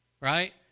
right